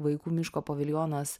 vaikų miško paviljonas